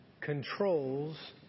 controls